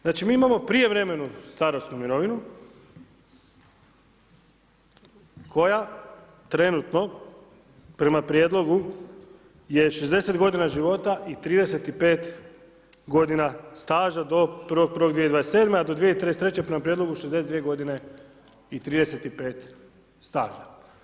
Znači mi imamo prijevremenu starosnu mirovinu koja trenutno prema Prijedlogu je 60 godina života i 35 godina staža do 01.01.2027., a do 2033. prema Prijedlogu 62 godine i 35 staža.